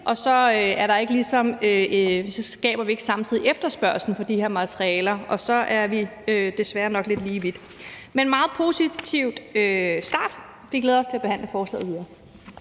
men så skaber vi ikke samtidig efterspørgsel på de her materialer, og så er vi desværre nok lige vidt. Men det er en meget positiv start, og vi glæder os til at behandle forslaget videre.